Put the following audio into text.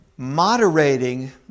moderating